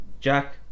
Jack